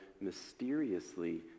mysteriously